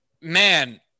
Man